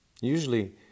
Usually